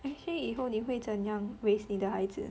okay 以后你会怎样 raise 你的孩子